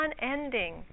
unending